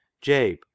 jabe